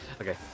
okay